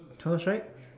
Counterstrike